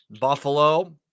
Buffalo